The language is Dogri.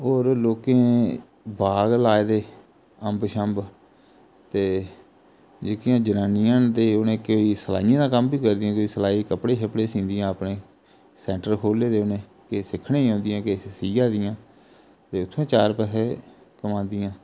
होर लोकें बाग लाए दे अम्ब छम्ब ते जेह्कियां जनानियां न ते उ'नें केईं सलाइयें दा कम्म बी करदियां किश सलाई कपड़े शपड़े सींदिया अपने सैंटर खोले दे उ'नें किश सिक्खने गी औंदियां किश सियां दियां ते उत्थूं बी चार पैसे कमांदियां